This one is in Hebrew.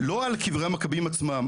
לא על קברי המכבים עצמם,